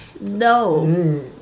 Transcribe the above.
No